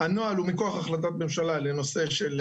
הנוהל הוא מכוח החלטת ממשלה לנושא של